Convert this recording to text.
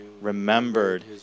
remembered